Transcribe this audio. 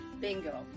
Bingo